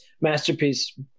Masterpiece